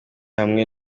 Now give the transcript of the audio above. hamwe